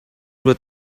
were